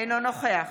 אינו נוכח